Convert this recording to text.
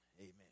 Amen